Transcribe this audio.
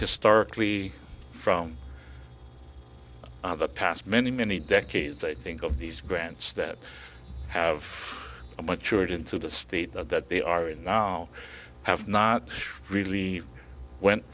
historically from other past many many decades i think of these grants that have a maturity into the state that they are in now have not really went